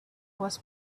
was